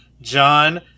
John